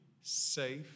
safe